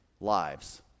lives